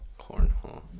cornhole